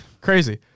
Crazy